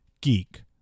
Geek